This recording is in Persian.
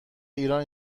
ایران